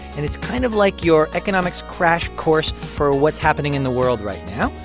and it's kind of like your economics crash course for what's happening in the world right now.